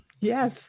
Yes